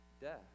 death